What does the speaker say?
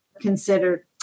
considered